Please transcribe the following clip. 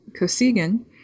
Kosigan